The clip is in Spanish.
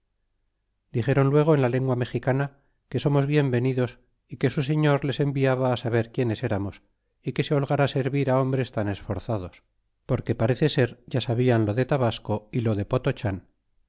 dixéron luego en la lengua mexicana que somos bien venidos que su señor les enviaba á saber quien eramos y que se holgara servir á hombres tan esforzados porque parece ser ya sabianlo de tabasco y lo de